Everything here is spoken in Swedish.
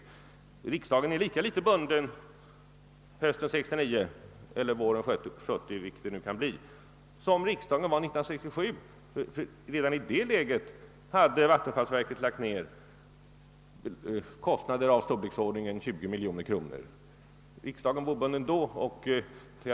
Riksdagen kommer att vara lika litet bunden hösten 1969 eller våren 1970 — vilken tidpunkt det nu kan bli fråga om — som riksdagen var 1967. Redan i det läget hade vattenfallsverket lagt ned kostnader av storleksordningen 20 miljoner kronor.